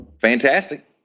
Fantastic